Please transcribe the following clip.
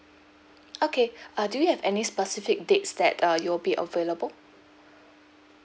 okay uh do you have any specific dates that uh you'll be available